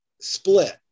split